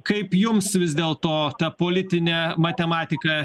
kaip jums vis dėl to ta politinė matematika